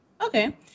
okay